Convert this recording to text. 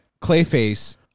Clayface